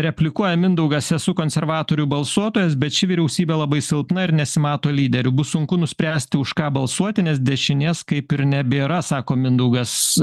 replikuoja mindaugas esu konservatorių balsuotojas bet ši vyriausybė labai silpna ir nesimato lyderių bus sunku nuspręsti už ką balsuoti nes dešinės kaip ir nebėra sako mindaugas